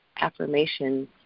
affirmations